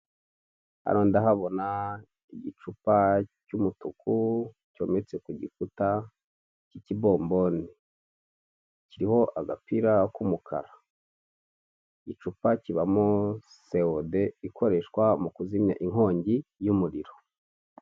Hano ndahabona igicupa cy'umutuku cyometse ku gikuta cy'ikibomboni kiriho agapira k'umukara icupa kibamo sewode ikoreshwa mu kuzimya inkongi y'umuriro.